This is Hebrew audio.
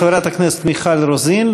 חברת הכנסת מיכל רוזין.